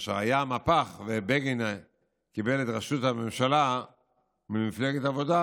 כאשר היה מהפך ובגין קיבל את ראשות הממשלה ממפלגת העבודה,